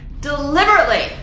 deliberately